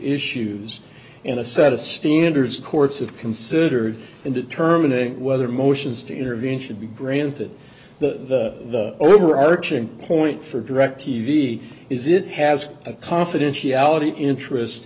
issues in a set of standards courts have considered in determining whether motions to intervene should be granted the overarching point for direct t v is it has a confidentiality interest